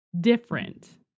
different